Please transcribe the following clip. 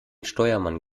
steuermann